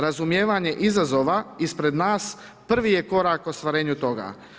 Razumijevanje izazova ispred nas prvi je korak ostvarenju toga.